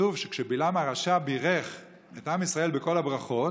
וכתוב שכשבלעם הרשע בירך את עם ישראל בכל הברכות,